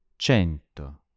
Cento